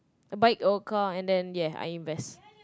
a bike or car and then ya I invest